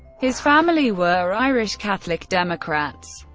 his family were irish catholic democrats.